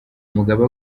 mugabe